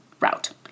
route